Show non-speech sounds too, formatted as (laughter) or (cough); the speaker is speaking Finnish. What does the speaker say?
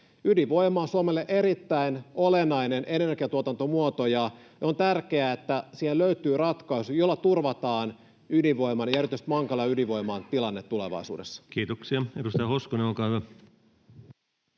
Ydinvoima on Suomelle erittäin olennainen energiantuotantomuoto, ja on tärkeää, että siihen löytyy ratkaisu, jolla turvataan ydinvoiman (noise) ja erityisesti Mankala-ydinvoiman tilanne tulevaisuudessa. [Speech 16] Speaker: Ensimmäinen